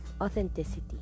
Authenticity